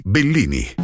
Bellini